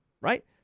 right